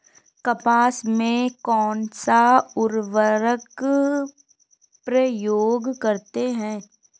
कपास में कौनसा उर्वरक प्रयोग करते हैं?